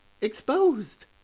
exposed